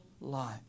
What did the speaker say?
life